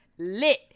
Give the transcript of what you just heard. Lit